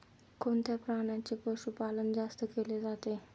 कोणत्या प्राण्याचे पशुपालन जास्त केले जाते?